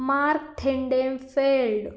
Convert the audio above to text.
Marktheidenfeld